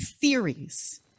theories